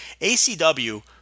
ACW